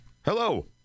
Hello